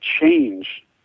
change